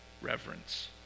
reverence